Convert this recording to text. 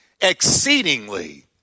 exceedingly